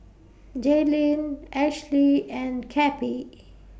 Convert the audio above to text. Jalynn Ashlie and Cappie